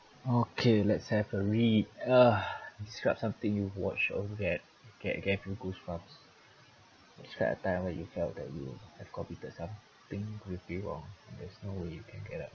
okay let's have a read uh describe something you've watched or that gave gave you goosebumps describe a time where you felt that you have committed something completely wrong there's no way you can get